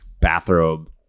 bathrobe